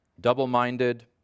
double-minded